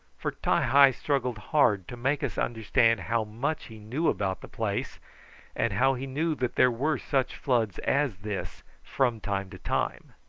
for ti-hi struggled hard to make us understand how much he knew about the place and how he knew that there were such floods as this from time to time.